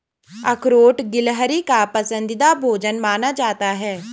अखरोट गिलहरी का पसंदीदा भोजन माना जाता है